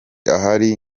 ahari